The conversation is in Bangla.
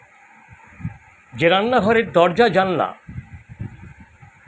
যে রান্নাঘরের দরজা জানলা